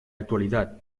actualidad